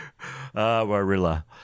Warilla